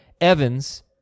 Evans